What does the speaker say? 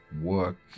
work